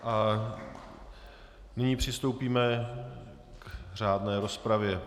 A nyní přistoupíme k řádné rozpravě.